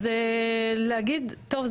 אז להגיד טוב,